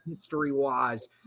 history-wise